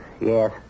Yes